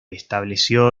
estableció